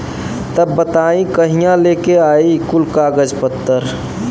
तब बताई कहिया लेके आई कुल कागज पतर?